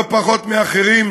לא פחות מהאחרים,